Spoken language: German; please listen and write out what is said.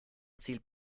zielt